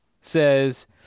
says